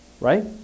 Right